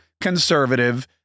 conservative